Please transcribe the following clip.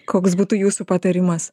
koks būtų jūsų patarimas